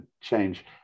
change